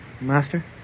Master